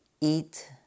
eat